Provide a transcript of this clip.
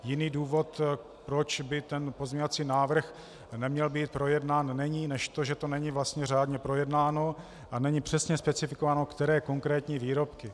Jiný důvod, proč by tento pozměňovací návrh neměl být projednán, není než to, že to není vlastně řádně projednáno a není přesně specifikováno, které konkrétní výrobky.